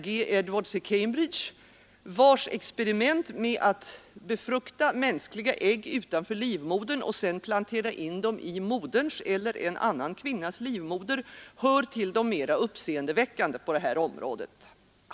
G. Edwards i Cambridge, vars experiment med att befrukta mänskliga ägg utanför livmodern och sedan plantera in dem i moderns eller annan kvinnas livmoder hör till de mera uppseendeväckande på det här området.